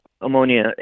ammonia